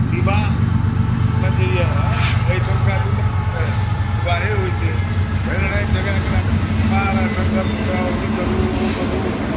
विवाहम जे यऽ एहिठमका विवाह तऽ विवाहे होइत छै भरि राति जगाकऽ राखत मार ओठङ्गर कुटाउ ई करूँ ओ करूँ